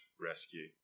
rescue